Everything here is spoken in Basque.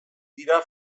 dira